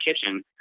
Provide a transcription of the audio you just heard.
kitchen